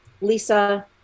Lisa